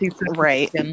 Right